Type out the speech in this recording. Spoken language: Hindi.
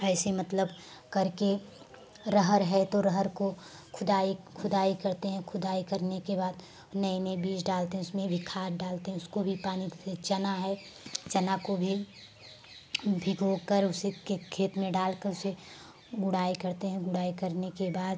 ऐसे मतलब करके अरहर है तो अरहर को खुदाई खुदाई करते हैं खुदाई करने के बाद नए नए बीज डालते हैं उसमें भी खाद डालते हैं उसको भी पानी जैसे चना है चना को भी भिगो कर उसे खेत में डाल कर उसे गुड़ाई करते हैं गुड़ाई करने के बाद